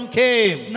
came